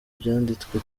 byanditswe